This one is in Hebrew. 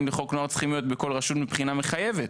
לחוק נוער צריכים להיות בכל רשות מבחינה מחייבת.